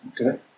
okay